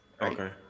Okay